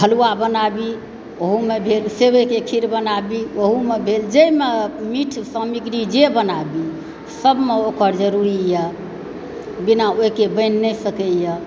हलुआ बनाबी ओहोमे भेल सेवईके खीर बनाबी ओहोमे भेल जाहिमे मीठ सामग्री जे बनाबी सबमे ओकर जरूरी यऽ बिना ओहिके बनि नहि सकैया